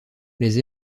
les